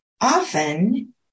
Often